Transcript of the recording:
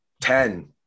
ten